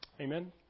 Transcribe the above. Amen